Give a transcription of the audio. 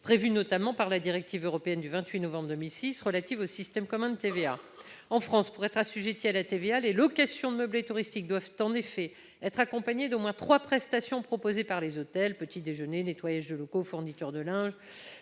prévue notamment par la directive européenne du 28 novembre 2006 relative au système commun de TVA. En France, pour être assujetties à la TVA, les locations de meublés touristiques doivent en effet être accompagnées d'au moins trois prestations proposées par les hôtels : service de petit-déjeuner, nettoyage des locaux, fourniture de linge